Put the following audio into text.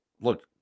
look